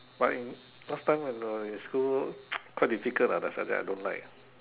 but in last time when I in school quite difficult ah the subject I don't like